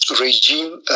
regime